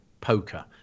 poker